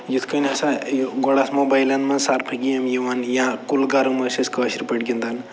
یِتھ کٔنۍ ہَسا یہِ گۄڈٕ آسہٕ موبایلَن منٛز سَرپھہٕ گیم یِوان یا کُل گَرٕم ٲسۍ أسۍ کٲشٕر پٲٹھۍ گِنٛدان